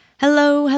Hello